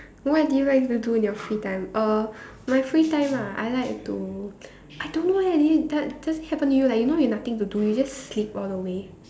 what do you like to do in your free time uh my free time ah I like to I don't eh it does does it happen to you like you know you nothing to do you just sleep all the way